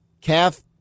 calf